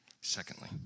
Secondly